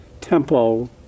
tempo